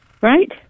Right